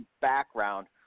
background